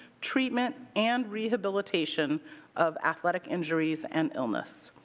treatment and rehabilitation of athletic injuries and illness.